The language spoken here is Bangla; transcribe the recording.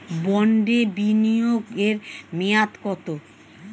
বন্ডে বিনিয়োগ এর মেয়াদ কত?